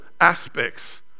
aspects